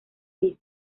visto